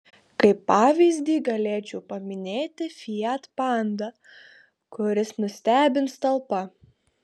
kaip pavyzdį galėčiau paminėti fiat panda kuris nustebins talpa